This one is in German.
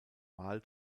wahl